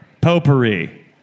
Potpourri